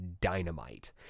dynamite